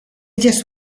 just